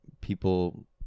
people